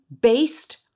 based